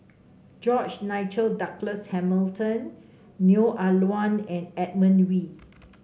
George Nigel Douglas Hamilton Neo Ah Luan and Edmund Wee